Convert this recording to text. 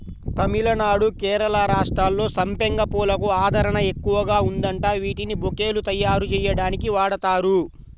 తమిళనాడు, కేరళ రాష్ట్రాల్లో సంపెంగ పూలకు ఆదరణ ఎక్కువగా ఉందంట, వీటిని బొకేలు తయ్యారుజెయ్యడానికి వాడతారు